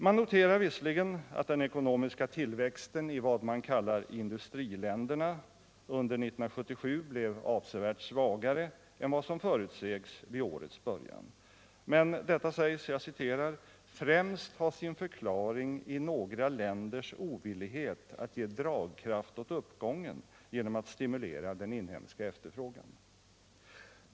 Man noterar visserligen att den ekonomiska tillväxten i vad man kallar industriländerna under år 1977 blev avsevärt svagare än vad som förutsågs vid årets början. Men dewa sägs ”främst ha sin förklaring i några länders ovillighet att ge dragkraft åt uppgången genom att stimulera den inhemska efterfrågan”.